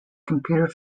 computer